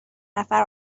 نفر